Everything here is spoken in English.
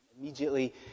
immediately